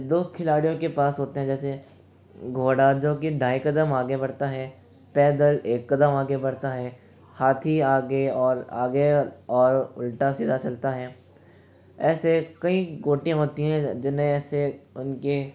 दो खिलाड़ियों के पास होते हैं जैसे घोड़ा जोकि ढाई कदम आगे बढ़ता है प्यादा एक कदम आगे बढ़ता है हाथी आगे और आगे और उल्टा सीधा चलता है ऐसे कई गोटियां होती हैं जिन्हें ऐसे उनके